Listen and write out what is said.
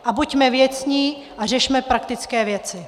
A buďme věcní a řešme praktické věci.